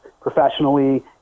professionally